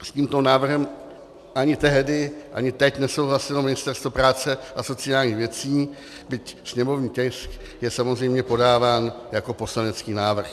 S tímto návrhem ani tehdy, ani teď nesouhlasilo Ministerstvo práce a sociálních věcí, byť sněmovní tisk je samozřejmě podáván jako poslanecký návrh.